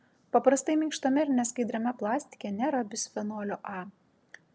paprastai minkštame ir neskaidriame plastike nėra bisfenolio a